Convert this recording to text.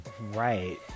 Right